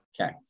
okay